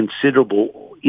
considerable